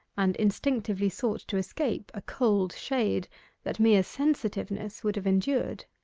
and instinctively sought to escape a cold shade that mere sensitiveness would have endured.